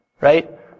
Right